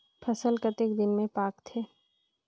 फसल कतेक दिन मे पाकथे?